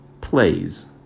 plays